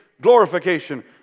glorification